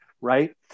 right